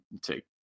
take